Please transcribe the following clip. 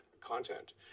content